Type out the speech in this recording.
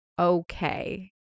okay